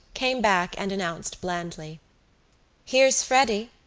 came back and announced blandly here's freddy.